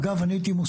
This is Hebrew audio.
איך זה?